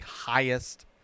highest